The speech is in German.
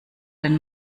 den